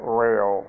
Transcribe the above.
rail